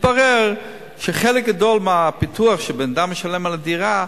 מתברר שחלק גדול מהפיתוח שאדם משלם על הדירה,